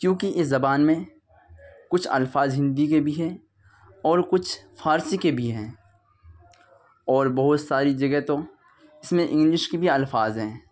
کیونکہ اس زبان میں کچھ الفاظ ہندی کے بھی ہیں اور کچھ فارسی کے بھی ہیں اور بہت ساری جگہ تو اس میں انگلش کے بھی الفاظ ہیں